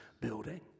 building